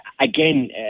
again